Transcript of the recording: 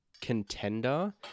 contender